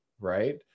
right